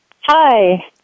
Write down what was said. Hi